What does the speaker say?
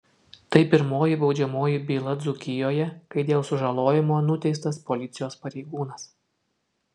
tai pirmoji baudžiamoji byla dzūkijoje kai dėl sužalojimo nuteistas policijos pareigūnas